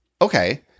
okay